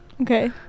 okay